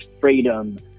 freedom